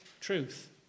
truth